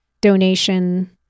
donation